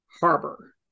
harbor